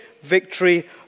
victory